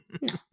No